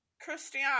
Christian